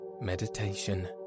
meditation